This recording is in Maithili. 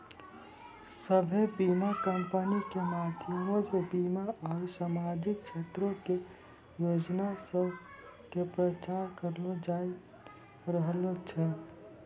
सभ्भे बीमा कंपनी के माध्यमो से बीमा आरु समाजिक क्षेत्रो के योजना सभ के प्रचार करलो जाय रहलो छै